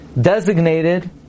designated